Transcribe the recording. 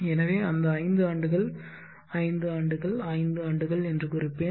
எனவே அந்த ஐந்து ஆண்டுகள் ஐந்து ஆண்டுகள் ஐந்து ஆண்டுகள் என்று குறிப்பேன்